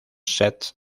sets